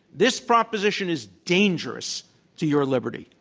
this proposition is dangerous to your liberty.